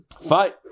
Fight